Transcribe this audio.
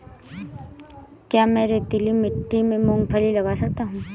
क्या मैं रेतीली मिट्टी में मूँगफली लगा सकता हूँ?